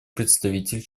представитель